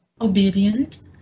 obedient